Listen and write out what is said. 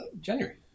January